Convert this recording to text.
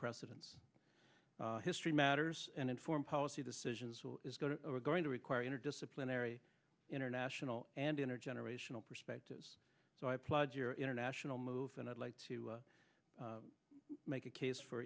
precedence history matters and inform policy decisions are going to require interdisciplinary international and intergenerational perspectives so i applaud your international move and i'd like to make a case for